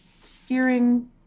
Steering